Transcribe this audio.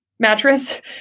mattress